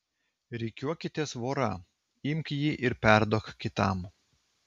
rikiuokitės vora imk jį ir perduok kitam